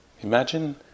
Imagine